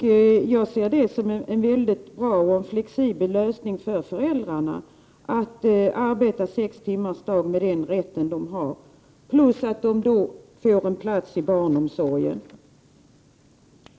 Jag ser det som en väldigt bra och flexibel lösning för föräldrarna att arbeta sex timmars arbetsdag plus att de får en plats i barnomsorgen.